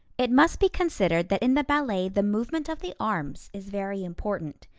it must be considered that in the ballet the movement of the arms is very important,